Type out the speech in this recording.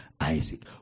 isaac